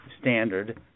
standard